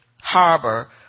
harbor